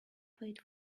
paid